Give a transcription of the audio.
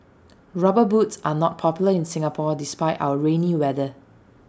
rubber boots are not popular in Singapore despite our rainy weather